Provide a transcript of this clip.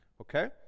Okay